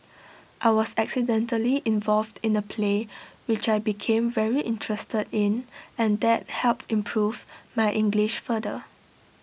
I was accidentally involved in A play which I became very interested in and that helped improve my English further